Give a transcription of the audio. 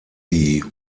die